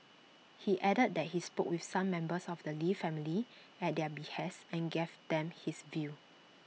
he added that he spoke with some members of the lee family at their behest and gave them his views